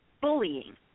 bullying